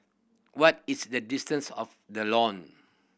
what is the distance of The Lawn